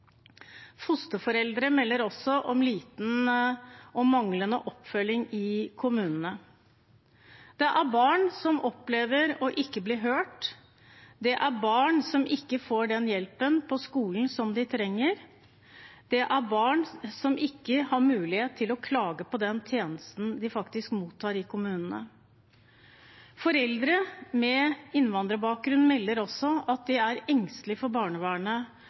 Fosterforeldre melder også om liten og manglende oppfølging i kommunene. Det er barn som opplever ikke å bli hørt. Det er barn som ikke får den hjelpen på skolen som de trenger. Det er barn som ikke har mulighet til å klage på den tjenesten de faktisk mottar i kommunene. Foreldre med innvandrerbakgrunn melder også at de er engstelige for barnevernet